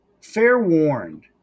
fair-warned